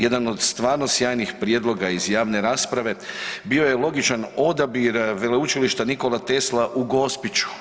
Jedan od stvarno sjajnih prijedloga iz javne rasprave bio je logičan odabir Veleučilišta Nikola Tesla u Gospiću.